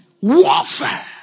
warfare